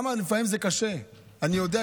לפעמים זה קשה, אני יודע.